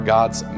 God's